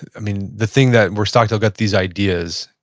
i mean, the thing that, where stockdale got these ideas,